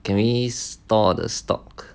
can we store the stock